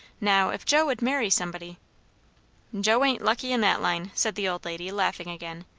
now if joe would marry somebody joe ain't lucky in that line, said the old lady laughing again.